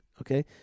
okay